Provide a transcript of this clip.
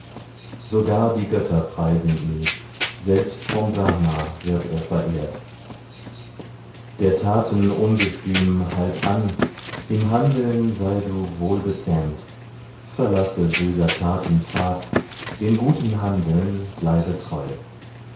sogar die götter preisen ihn selbst vom brahm wird er verehrt der taten ungestüm halt an im handeln sei du wohlbezähmt verlasse böser taten pfad dem guten handeln bleibe treu